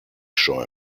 scheu